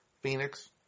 Phoenix